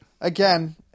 again